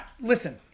listen